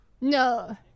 No